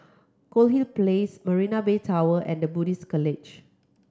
Goldhill Place Marina Bay Tower and The Buddhist College